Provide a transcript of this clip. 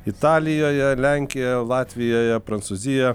italijoje lenkijoje latvijoje prancūzija